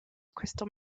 crystal